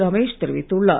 ரமேஷ் தெரிவித்துள்ளார்